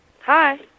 Hi